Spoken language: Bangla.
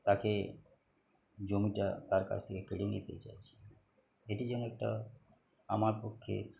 তাকে জমিটা তার কাছ থেকে কেড়ে নিতে চাইছি এটি জন্য একটা আমার পক্ষে